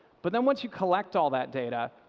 but then once you collect all that data,